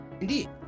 Indeed